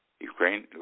Ukraine